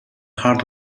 hard